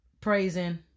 praising